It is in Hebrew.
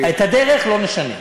את הדרך לא נשנה.